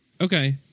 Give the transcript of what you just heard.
Okay